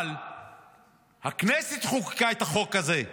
אבל הכנסת חוקקה את החוק הזה,